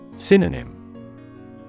Synonym